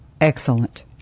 Excellent